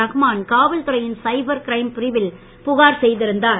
ரஹ்மான் காவல்துறையின் cyber crime பிரிவில் புகார் செய்திருந்தார்